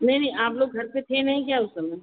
नहीं नहीं आप लोग घर पर थे नहीं क्या उस समय